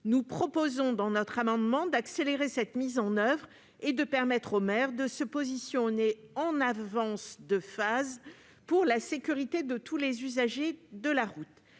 Nous proposons d'accélérer cette mise en oeuvre et de permettre aux maires de se positionner en avance de phase pour la sécurité de tous les usagers de la route.